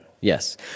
Yes